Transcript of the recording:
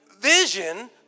vision